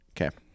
Okay